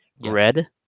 red